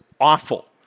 awful